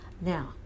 now